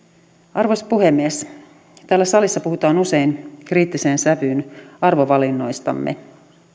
arvoisa puhemies täällä salissa puhutaan usein kriittiseen sävyyn arvovalinnoistamme